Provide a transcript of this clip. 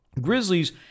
Grizzlies